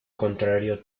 contrario